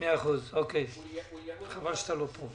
מי נמצא כאן מהממשלה שיכול להגיד לנו מה קורה עם העניין הזה?